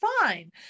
fine